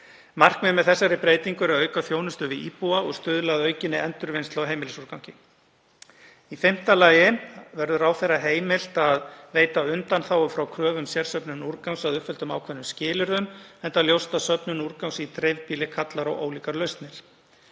Markmiðið með þessari breytingu er að auka þjónustu við íbúa og stuðla að aukinni endurvinnslu á heimilisúrgangi. Í fimmta lagi verður ráðherra heimilt að veita undanþágu frá kröfu um sérsöfnun úrgangs að uppfylltum ákveðnum skilyrðum, enda ljóst að söfnun úrgangs í dreifbýli kallar á ólíkar lausnir.